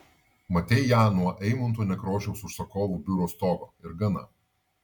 matei ją nuo eimunto nekrošiaus užsakovų biuro stogo ir gana